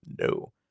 no